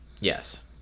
Yes